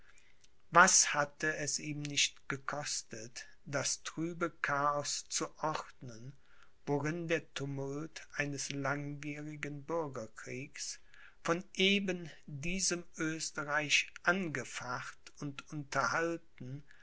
was hatte es ihm nicht gekostet das trübe chaos zu ordnen worin der tumult eines langwierigen bürgerkriegs von eben diesem oesterreich angefacht und unterhalten